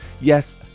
Yes